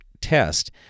test